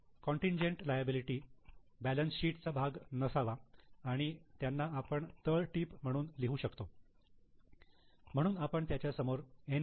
contingent liability balance sheet चा भाग नसावा आणि त्यांना आपण तळटीप म्हणून लिहू शकतो म्हणून आपण त्याच्या समोर एन